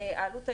העלות ההיסטורית,